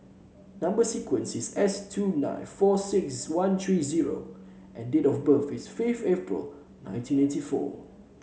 number sequence is S two nine four six one three zero and date of birth is fifth April nineteen eighty four